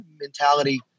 mentality